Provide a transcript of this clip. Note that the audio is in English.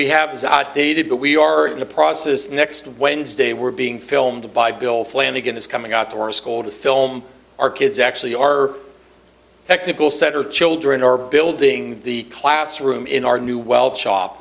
we have is outdated but we are in the process next wednesday we're being filmed by bill flanagan is coming out to our school to film our kids actually our technical center children are building the class room in our new weld shop